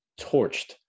torched